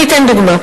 אני אתן דוגמה,